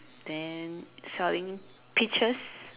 then selling peaches